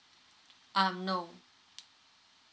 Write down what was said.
um no